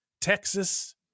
Texas